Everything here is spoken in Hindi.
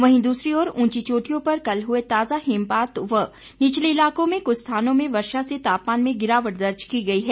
वहीं दूसरी ओर ऊंची चोटियों पर कल हुए ताजा हिमपात व निचले इलाकों में कुछ स्थानों में वर्षा से तापमान में गिरावट दर्ज की गई है